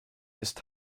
ist